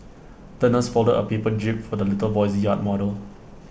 the nurse folded A paper jib for the little boy's yacht model